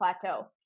plateau